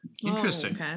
Interesting